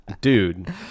dude